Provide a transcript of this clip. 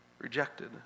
Rejected